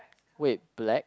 wait black